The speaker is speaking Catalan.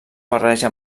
barreja